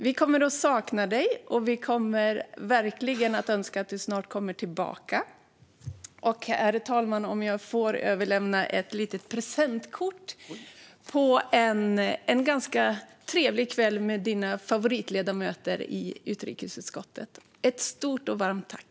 Vi kommer att sakna dig. Och vi önskar verkligen att du snart kommer tillbaka. Jag vill överlämna ett litet presentkort på en ganska trevlig kväll med dina favoritledamöter i utrikesutskottet. Ett stort och varmt tack!